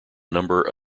number